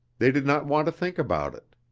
they did not want to think about it.